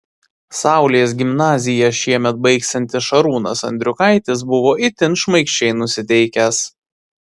saulės gimnaziją šiemet baigsiantis šarūnas andriukaitis buvo itin šmaikščiai nusiteikęs